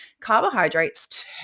carbohydrates